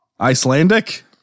Icelandic